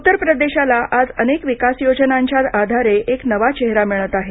उत्तर प्रदेशाला आज अनेक विकास योजनांच्या आधारे एक नवा चेहरा मिळतआहे